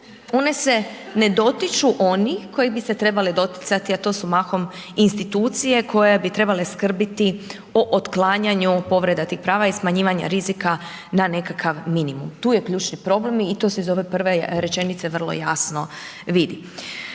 One se ne dotiču onih koji bi se trebali doticati, a to su mahom institucije, koje bi trebali skrbiti o otklanjanju povrede tih prava i smanjivanja rizika na nekakav minimum. Tu je ključni problem i to se iz ove prve rečenice vrlo jasno vidi.